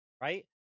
right